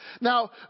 Now